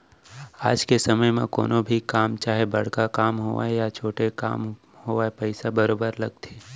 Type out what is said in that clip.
आज के समे म कोनो भी काम चाहे बड़का काम होवय या छोटे काम होवय पइसा बरोबर लगथे